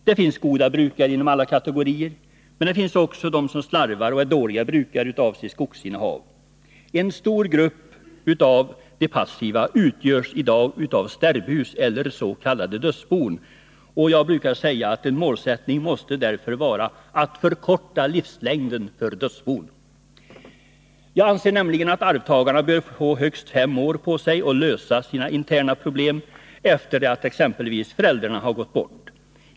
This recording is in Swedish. Det finns goda brukare inom alla kategorier, men det finns också de som slarvar och är dåliga brukare av sitt skogsinnehav. En stor grupp av de passiva utgörs i dag av sterbhus eller s.k. dödsbon. Jag brukar säga att en målsättning därför måste vara att förkorta livslängden för dödsbon. Jag anser att arvtagarna bör få högst fem år på sig att lösa sina interna problem efter det att exempelvis föräldrarna har gått bort.